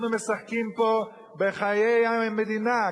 אנחנו משחקים פה בחיי המדינה,